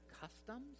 customs